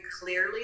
clearly